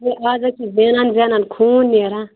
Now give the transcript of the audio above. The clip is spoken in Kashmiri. ہَے اَز حظ چھُ زینان زینان خوٗن نیران